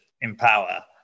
empower